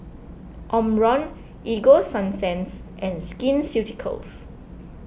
Omron Ego Sunsense and Skin Ceuticals